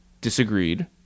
disagreed